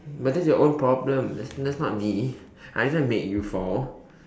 but that's your own problem that's that's not me I didn't make you fall